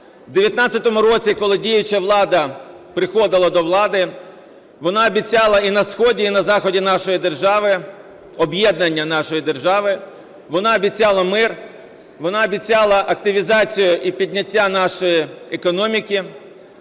В 2019 році, коли діюча влада приходила до влади, вона обіцяла і на сході, і на заході нашої держави об'єднання нашої держави, вона обіцяла мир, вона обіцяла активізацію і підняття нашої економіки,